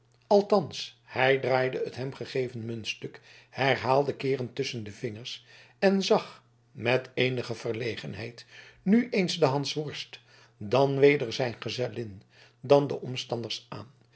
althans hij draaide het hem gegeven muntstuk herhaalde keeren tusschen de vingers en zag met eenige verlegenheid nu eens den hansworst dan weder zijn gezellin dan de omstanders aan